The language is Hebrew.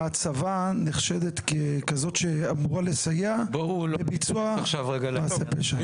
אלא אם כן ההצבה נחשדת ככזאת שאמורה לסייע לביצוע מעשה פשע.